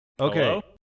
Okay